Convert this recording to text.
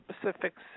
specifics